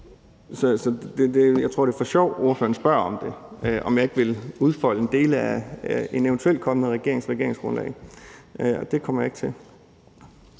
Så jeg tror, det er for sjov, at hr. Torsten Gejl spørger om det – om jeg ikke vil udfolde dele af en eventuel kommende regerings regeringsgrundlag. Og det kommer jeg ikke til.